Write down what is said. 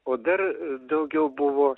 o dar daugiau buvo